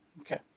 Okay